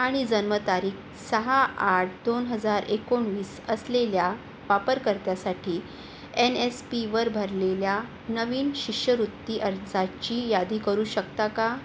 आणि जन्मतारीख सहा आठ दोन हजार एकोणवीस असलेल्या वापरकर्त्यासाठी एन एस पीवर भरलेल्या नवीन शिष्यवृत्ती अर्जाची यादी करू शकता का